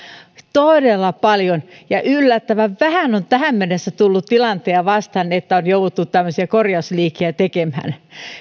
todella paljon ja yllättävän vähän on tähän mennessä tullut tilanteita vastaan että on jouduttu tämmöisiä korjausliikkeitä tekemään